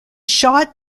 shot